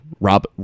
rob